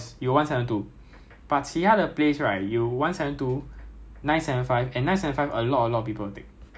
ya so if you are not if you are at the back of the queue near the traffic light which is very far from the okay not very far lah not very far from bus stop